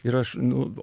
ir aš nu